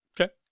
Okay